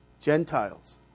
Gentiles